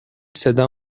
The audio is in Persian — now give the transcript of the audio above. صدا